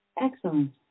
Excellent